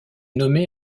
nommé